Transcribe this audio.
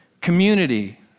community